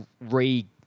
re